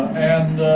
and